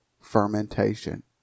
fermentation